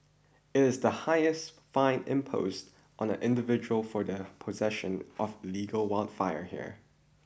it is the highest fine imposed on an individual for the possession of illegal wildfire here